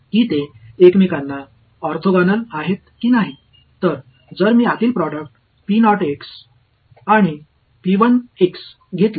எனவே நான் மற்றும் இன் இன்னா் ப்ரோடக்ட் எடுத்துக் கொண்டால்